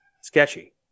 sketchy